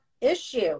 issue